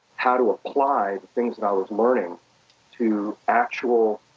how to apply the things that i was learning to actual